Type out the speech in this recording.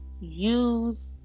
use